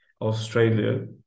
Australia